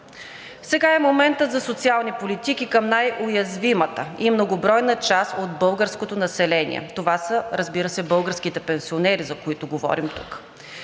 Сега е моментът за социални политики към най-уязвимата и многобройна част от българското население – това са, разбира се, българските пенсионери, за които говорим тук.